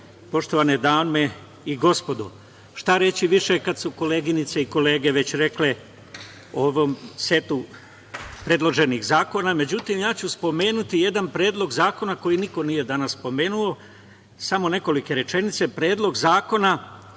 poštovane dame i gospodo, šta reći više kada su koleginice i kolege već rekle o ovom setu predloženih zakona. Međutim, ja ću spomenuti predlog zakona koji niko danas nije spomenuo, samo nekoliko rečenica, Predlog zakona